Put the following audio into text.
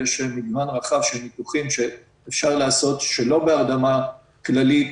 ויש מגוון רחב של ניתוחים שאפשר לעשות שלא בהרדמה כללית,